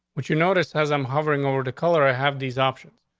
which you noticed as i'm hovering over the color? i have these options.